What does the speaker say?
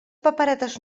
paperetes